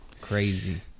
crazy